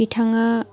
बिथाङा